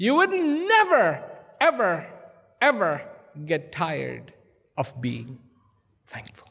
you would never ever ever get tired of being